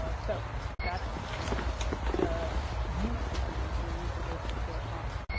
ah so that's the use of these and the use of those particular prompts.